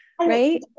right